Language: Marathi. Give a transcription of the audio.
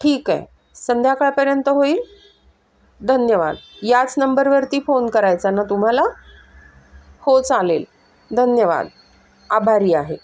ठीक आहे संध्याकाळपर्यंत होईल धन्यवाद याच नंबरवरती फोन करायचा ना तुम्हाला हो चालेल धन्यवाद आभारी आहे